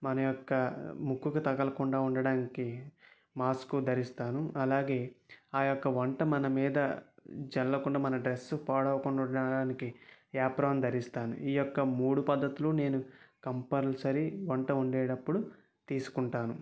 మన యొక్క ముక్కుకి తగలకుండా ఉండటానికి మాస్కు ధరిస్తాను అలాగే ఆ యొక్క వంట మనమీద చల్లకుండా మన డ్రెస్ పాడవకుండా ఉండటానికి యాప్రాన్ ధరిస్తాను ఈ యొక్క మూడు పద్ధతులు నేను కంపల్సరీ వంట వండేటప్పుడు తీసుకుంటాను